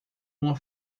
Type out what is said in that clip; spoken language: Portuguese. uma